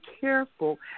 careful